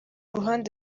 ruhande